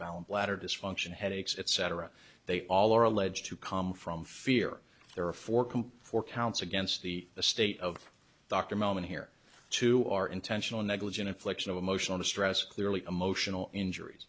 bound bladder dysfunction headaches etc they all are alleged to come from fear there are four coupe four counts against the state of dr moment here two are intentional negligent infliction of emotional distress clearly emotional injuries